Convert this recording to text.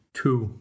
two